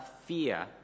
fear